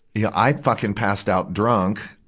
yeah i fucking passed out drunk,